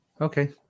Okay